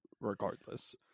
Regardless